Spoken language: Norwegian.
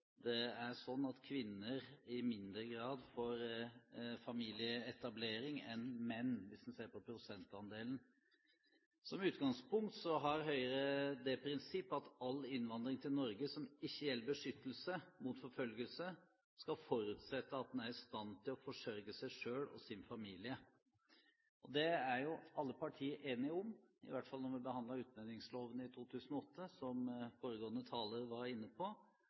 det er sånn at kvinner i mindre grad får familieetablering enn menn, hvis en ser på prosentandelen. Som utgangspunkt har Høyre det prinsipp at all innvandring til Norge som ikke gjelder beskyttelse mot forfølgelse, skal forutsette at en er i stand til å forsørge seg selv og sin familie. Det er alle partier enige om. I hvert fall da vi behandlet utlendingsloven i 2008, som foregående taler var inne på,